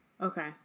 Okay